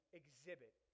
exhibit